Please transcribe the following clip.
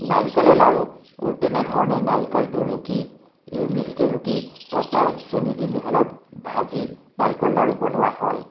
নাৰিকলৰ লাৰুও তেনেধৰণে নাৰিকলটো ৰুকি মিহিকৈ ৰুকি তাৰপৰা চেনি দি মিহলাই ভাজি নাৰিকল লাৰু বনোৱা হয়